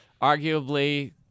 arguably